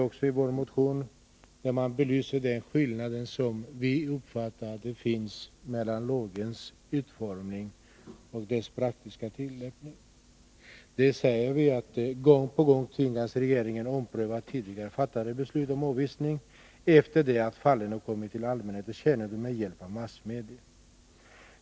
I vår motion belyser vi den skillnad som vi anser finnas mellan lagens utformning och dess praktiska tillämpning och skriver: ”Gång på gång tvingas regeringen ompröva tidigare fattade beslut om avvisning, efter det att fallen har kommit till allmänhetens kännedom med hjälp av massmedia.